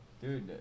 Dude